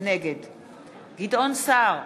נגד גדעון סער,